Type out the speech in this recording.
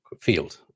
field